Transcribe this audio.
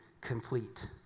complete